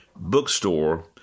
bookstore